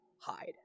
Hide